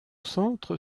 centre